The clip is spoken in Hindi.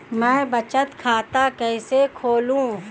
मैं बचत खाता कैसे खोलूं?